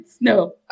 No